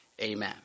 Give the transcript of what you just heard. Amen